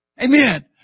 Amen